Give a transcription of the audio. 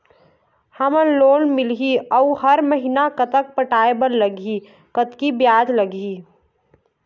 कतक लोन मिलही अऊ हर महीना कतक पटाए बर लगही, कतकी ब्याज लगही?